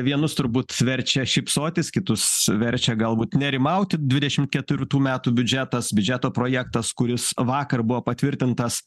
vienus turbūt verčia šypsotis kitus verčia galbūt nerimauti dvidešimt ketvirtų metų biudžetas biudžeto projektas kuris vakar buvo patvirtintas